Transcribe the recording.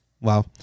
wow